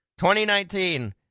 2019